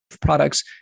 products